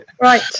Right